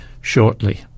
shortly